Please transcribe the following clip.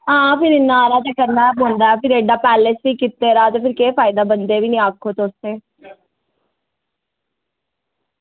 आं फिर इन्ना हारा करना पौंदा भी पैलेस कीते दा ते भी केह् फैदा बंदे निं आक्खो तुस तो